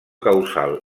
causal